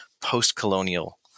post-colonial